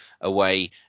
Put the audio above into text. away